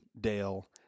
Dale